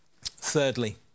thirdly